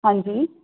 ਹਾਂਜੀ